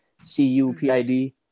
C-U-P-I-D